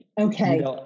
okay